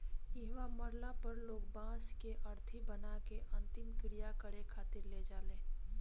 इहवा मरला पर लोग बांस के अरथी बना के अंतिम क्रिया करें खातिर ले जाले